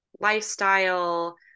lifestyle